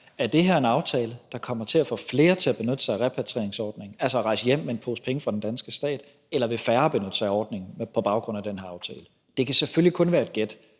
om det her er en aftale, der kommer til at få flere til at benytte sig af repatrieringsordningen, altså at rejse hjem med en pose penge fra den danske stat, eller om færre vil benytte sig af ordningen på baggrund af den her aftale. Det kan selvfølgelig kun være et gæt,